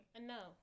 No